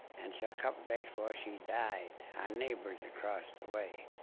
and so a couple of days before she died, our neighbors across the way,